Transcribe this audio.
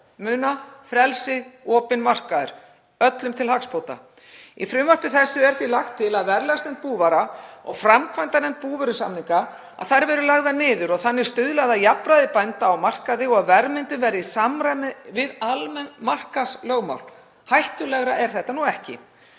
Muna: Frelsi, opinn markaður, öllum til hagsbóta. Í frumvarpi þessu er því lagt til að verðlagsnefnd búvara og framkvæmdanefnd búvörusamninga verði lagðar niður og þannig stuðlað að jafnræði bænda á markaði og að verðmyndun verði í samræmi við almenn markaðslögmál. Hættulegra er þetta nú ekki.